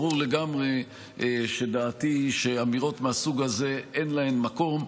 ברור לגמרי שדעתי היא שאמירות מהסוג הזה אין להן מקום.